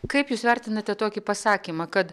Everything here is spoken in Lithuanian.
kaip jūs vertinate tokį pasakymą kad